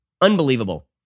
Unbelievable